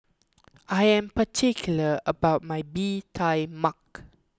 I am particular about my Bee Tai Mak